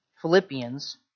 Philippians